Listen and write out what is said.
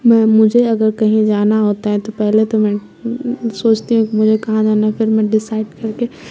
میں مجھے اگر کہیں جانا ہوتا ہے تو پہلے تو میں سوچتی ہوں کہ مجھے کہاں جانا ہے پھر میں ڈیسائڈ کر کے